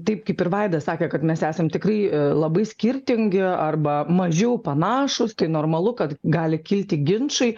taip kaip ir vaidas sakė kad mes esam tikrai labai skirtingi arba mažiau panašūs tai normalu kad gali kilti ginčai